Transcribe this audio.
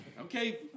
Okay